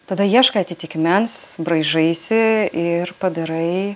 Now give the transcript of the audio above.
tada ieškai atitikmens braižaisi ir padarai